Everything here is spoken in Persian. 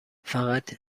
فقط